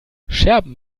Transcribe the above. scherben